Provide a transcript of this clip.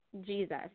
Jesus